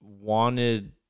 wanted